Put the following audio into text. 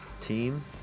team